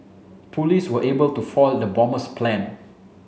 police were able to foil the bomber's plan